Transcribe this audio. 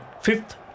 fifth